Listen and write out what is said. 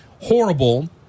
horrible